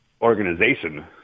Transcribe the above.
organization